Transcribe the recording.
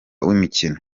w’imikino